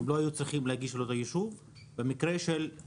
הם לא היו צריכים להגיש לאותו ישוב - ואני שואל האם במקרה שהתחרטו,